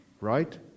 right